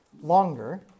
longer